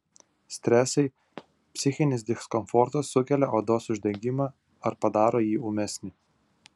stresai psichinis diskomfortas sukelia odos uždegimą ar padaro jį ūmesnį